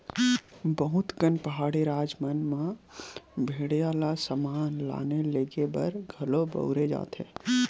बहुत कन पहाड़ी राज मन म भेड़िया ल समान लाने लेगे बर घलो बउरे जाथे